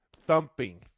thumping